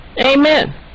Amen